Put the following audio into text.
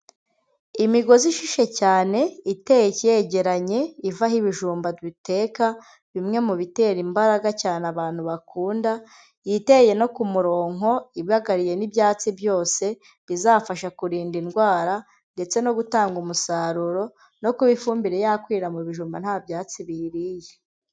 Imigozi ishishe cyane iteye yegeranye ivaho ibijumba duteka bimwe mu bitera imbaraga cyane abantu bakunda, iteye no ku murongonko ibagariye n'ibyatsi byose bizafasha kurinda indwara, ndetse no gutanga umusaruro no kuba ifumbire yakwira mu bijumba nta byatsi biyiriye.